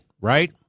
right